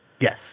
Yes